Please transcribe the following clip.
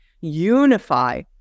Unify